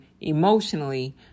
emotionally